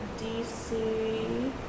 DC